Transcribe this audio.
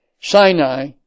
Sinai